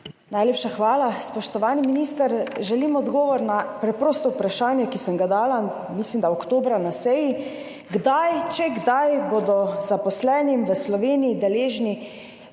Najlepša hvala. Spoštovani minister! Želim odgovor na preprosto vprašanje, ki sem ga dala, mislim, da oktobra na seji, kdaj, če kdaj, bodo zaposleni v Sloveniji deležni